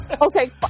okay